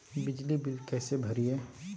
बिजली बिल कैसे भरिए?